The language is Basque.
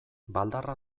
baldarra